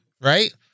right